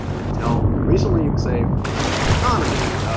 and until recently you would say, you know the economy